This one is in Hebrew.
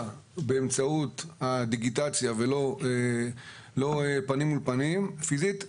באמצעות הדיגיטציה ולא פנים מול פנים פיזית,